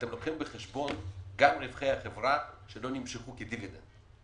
אתם לוקחים בחשבון גם רווחי החברה שדלא נמשכו כדיבידנד.